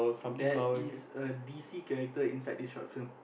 there is a d_c character inside this short film